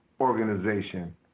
organization